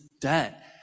debt